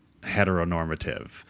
heteronormative